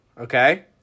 okay